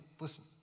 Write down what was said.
listen